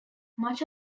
much